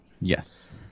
Yes